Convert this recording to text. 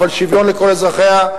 אבל שוויון לכל אזרחיה.